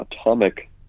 atomic